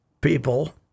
people